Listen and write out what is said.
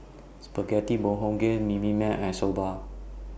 Spaghetti Bibimbap and Soba